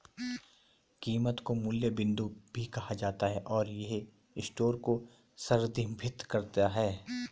कीमत को मूल्य बिंदु भी कहा जाता है, और यह स्टोर को संदर्भित करता है